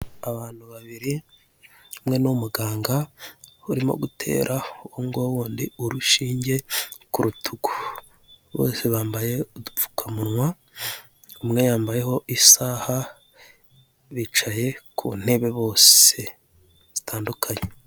Iyi ni hoteri yubatse ku buryo bugezweho ndetse butangaje, ikaba yubatse mu gihugu cy' uRwanda mu mujyi wa Kigali; aho abakerarugendo bishimira kuyisura ndetse ikaberarwamo n'ibikorwa bitandukanye by'igihugu.